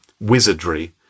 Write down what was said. wizardry